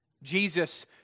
Jesus